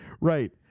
right